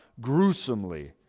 gruesomely